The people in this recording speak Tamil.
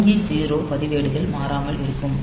வங்கி 0 பதிவேடுகள் மாறாமல் இருக்கும்